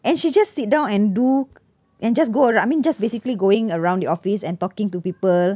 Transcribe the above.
and she just sit down and do and just go around I mean just basically going around the office and talking to people